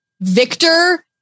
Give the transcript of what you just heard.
Victor